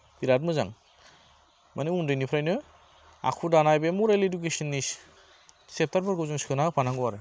बेराथ मोजां मानि उन्दैनिफ्रायनो आखु दानाय बे मरेल इडुकेसननि सेपथारफोरखौ जों सोना होफानांगौ आरो